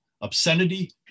obscenity